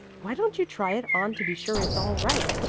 why don't you try it on to be sure it's all right?